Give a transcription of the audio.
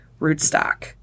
rootstock